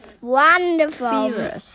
wonderful